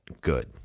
good